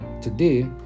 Today